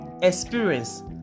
experience